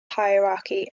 hierarchy